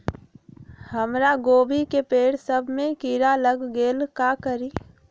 हमरा गोभी के पेड़ सब में किरा लग गेल का करी?